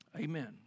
amen